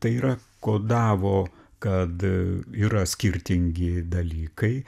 tai yra kodavo kad yra skirtingi dalykai